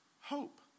Hope